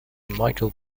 michael